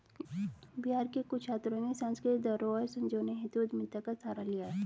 बिहार के कुछ छात्रों ने सांस्कृतिक धरोहर संजोने हेतु उद्यमिता का सहारा लिया है